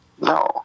No